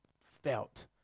felt